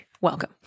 Welcome